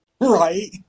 Right